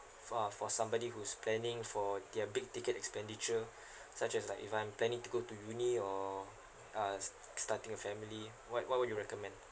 for for somebody who's planning for their big ticket expenditure such as like if I'm planning to go to uni or uh starting a family what what would you recommend